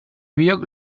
biok